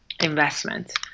investment